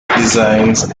designs